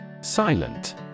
Silent